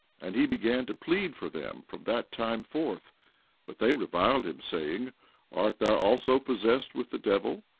and he began to plead for them from that time forth but they reviled him, saying art thou also possessed with the devil?